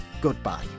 goodbye